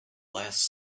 last